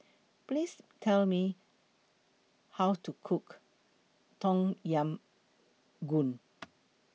Please Tell Me How to Cook Tom Yam Goong